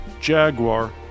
Jaguar